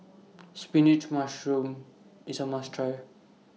Spinach Mushroom IS A must Try